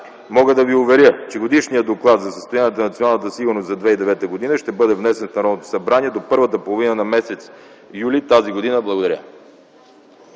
Мога да Ви уверя, че Годишният доклад за състоянието на националната сигурност за 2009 г. ще бъде внесен в Народното събрание до първата половина на м. юли т.г. Благодаря.